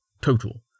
Total